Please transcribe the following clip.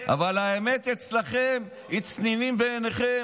אבל האמת היא לצנינים בעיניכם.